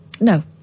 No